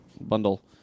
bundle